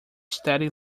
steady